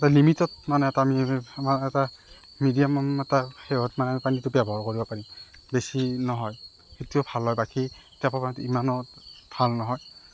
লিমিটত মানে এটা আমি আমাৰ এটা মিডিয়ামত এটা পানীটো মানে ব্যৱহাৰ কৰিব পাৰি বেছি নহয় সেইটোৱে ভাল হয় বাকী টেপৰ পানী ইমানো ভাল নহয়